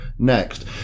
next